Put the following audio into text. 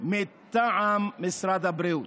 מטעם משרד הבריאות.